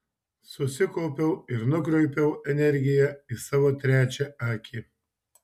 susikaupiau ir nukreipiau energiją į savo trečią akį